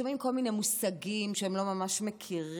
שומעים כל מיני מושגים שהם לא ממש מכירים,